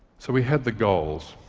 so we had the goals